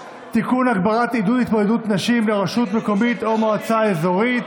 הגברת עידוד התמודדות נשים לראשות רשות מקומית או מועצה אזורית),